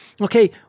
Okay